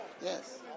Yes